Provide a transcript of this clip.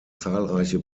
zahlreiche